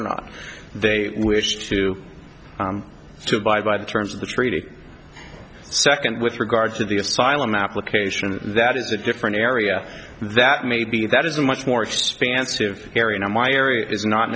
or not they wish to to abide by the terms of the treaty second with regard to the asylum application that is a different area that maybe that is a much more expansive area not my area is not